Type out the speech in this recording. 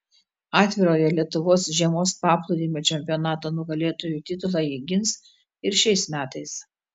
atvirojo lietuvos žiemos paplūdimio čempionato nugalėtojų titulą ji gins ir šiais metais